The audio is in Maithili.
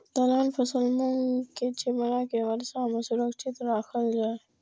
दलहन फसल मूँग के छिमरा के वर्षा में सुरक्षित राखल जाय?